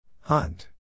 Hunt